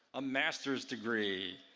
a master's degree.